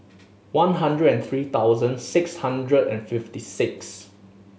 one hundred and three thousand six hundred and fifty six